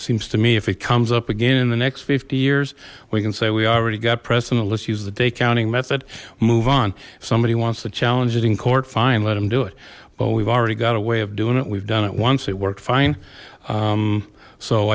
seems to me if it comes up again in the next fifty years we can say we already got precedent let's use the day counting method move on if somebody wants to challenge it in court fine let him do it but we've already got a way of doing it we've done it once it worked fine